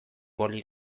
boli